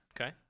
Okay